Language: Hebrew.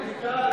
חסון,